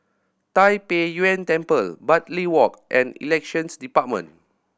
Tai Pei Yuen Temple Bartley Walk and Elections Department